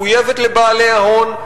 מחויבת לבעלי ההון,